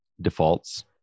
defaults